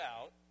out